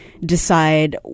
decide